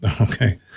Okay